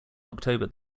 october